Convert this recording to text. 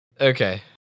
Okay